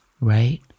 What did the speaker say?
Right